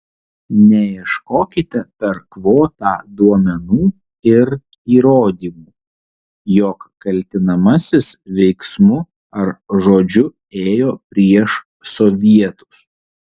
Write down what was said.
neieškokite per kvotą duomenų ir įrodymų jog kaltinamasis veiksmu ar žodžiu ėjo prieš sovietus